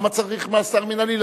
למה צריך מאסר מינהלי?